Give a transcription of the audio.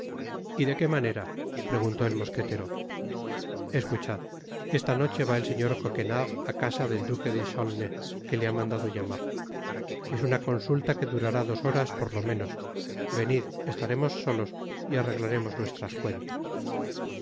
y de qué manera preguntó et mosquetero escuchad esta noche va el señor coquenard á casa del duque de chaulnes que le ha mandado llamar es una consulta que durará dos horas por lo menos venid estaremos solos y arreglaremos nuestras cuentas